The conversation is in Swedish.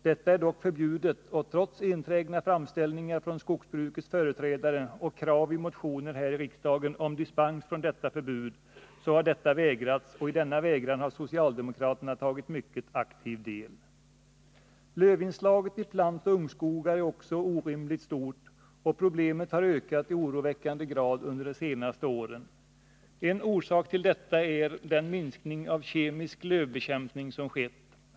Detta är dock förbjudet, och trots enträgna framställningar från skogsbrukets företrädare och krav i motioner här i riksdagen om dispens från detta förbud har detta vägrats, och i denna vägran har socialdemokraterna tagit mycket aktiv del. Lövinslaget i plantoch ungskogar är också orimligt stort, och problemet har ökat i oroväckande grad under de senaste åren. En orsak till detta är den minskning av kemisk lövbekämpning som skett.